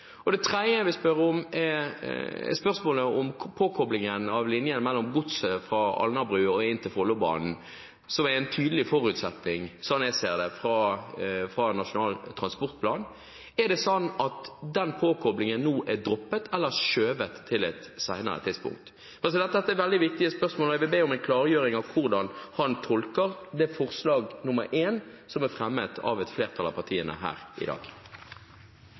nå. Det tredje jeg vil spørre om, gjelder spørsmålet om påkoblingen av linjen mellom godset fra Alnabru og inn til Follobanen, som var en tydelig forutsetning, sånn jeg ser det, fra Nasjonal transportplan. Er det sånn at den påkoblingen nå er droppet, eller skjøvet på til et senere tidspunkt? Dette er veldig viktige spørsmål, og jeg vil be om en klargjøring av hvordan statsråden tolker forslag nr. 1, som er fremmet av et flertall av partiene her i dag.